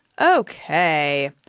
Okay